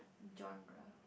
genre